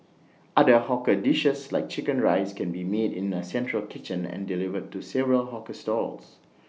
other hawker dishes like Chicken Rice can be made in A central kitchen and delivered to several hawker stalls